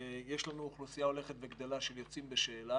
יש לנו אוכלוסייה ה ולכת וגדלה של יוצאים בשאלה